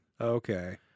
Okay